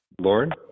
Lauren